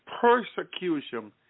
persecution